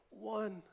one